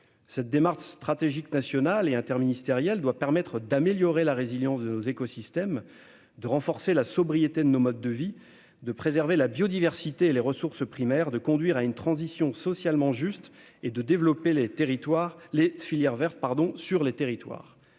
Cette démarche stratégique nationale et interministérielle doit permettre d'améliorer la résilience de nos écosystèmes, de renforcer la sobriété de nos modes de vie, de préserver la biodiversité et les ressources primaires, de conduire une transition socialement juste et de développer les filières vertes sur les territoires.